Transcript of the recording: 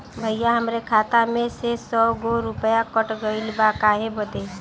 भईया हमरे खाता मे से सौ गो रूपया कट गइल बा काहे बदे?